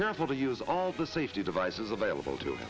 careful to use all the safety devices available to